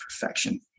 perfection